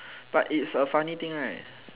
but its a funny thing right